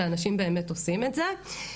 ואנשים באמת עושים את זה.